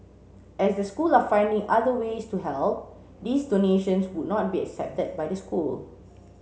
as the school are finding other ways to help these donations would not be accepted by the school